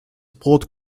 brot